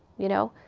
you know?